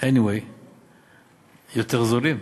anyway יותר זולים.